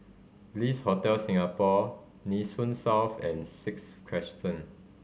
Bliss Hotel Singapore Nee Soon South and Sixth Crescent